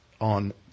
on